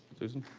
susan.